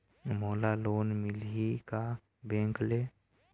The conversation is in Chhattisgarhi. मोला लोन मिलही का बैंक ले?